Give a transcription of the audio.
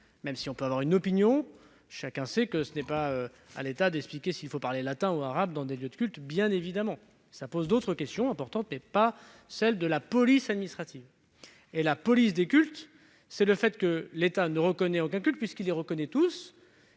Même si chacun peut avoir une opinion à cet égard, on sait que ce n'est pas à l'État d'expliquer s'il faut parler latin ou arabe dans les lieux de culte ! Cela pose des questions importantes, mais qui ne relèvent pas de la police administrative. La police des cultes désigne le fait que l'État ne reconnaît aucun culte, puisqu'il les reconnaît tous.